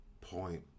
point